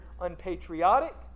unpatriotic